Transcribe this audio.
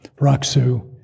Raksu